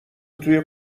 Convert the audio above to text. توی